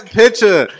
picture